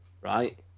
right